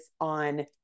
on